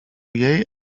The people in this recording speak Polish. jej